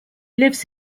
lives